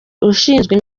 ushinzwe